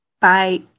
Bye